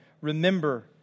remember